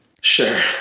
Sure